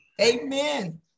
Amen